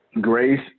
Grace